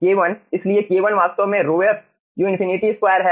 K1 इसलिए K1 वास्तव में ρf u∞2 है